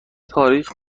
تاریخ